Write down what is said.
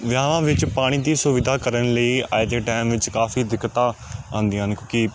ਵਿਆਹਾਂ ਵਿੱਚ ਪਾਣੀ ਦੀ ਸੁਵਿਧਾ ਕਰਨ ਲਈ ਅੱਜ ਦੇ ਟਾਈਮ ਵਿੱਚ ਕਾਫ਼ੀ ਦਿੱਕਤਾਂ ਆਉਂਦੀਆਂ ਨੇ ਕਿਉਂਕਿ